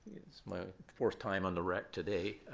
it's my fourth time on the wreck today.